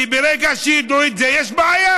כי ברגע שידעו את זה, יש בעיה.